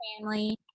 family